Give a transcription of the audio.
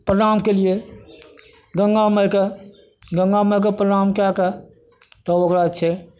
प्रणाम कएलिए गङ्गा माइके गङ्गा माइके प्रणाम कै के तब ओकरा छै